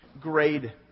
grade